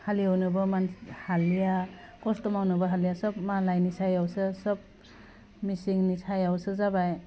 हालिउनोबो मान हालिया खस्थ' मावनोबो हालिया सब मालायनि सायावसो सब मिचिननि सायावसो जाबाय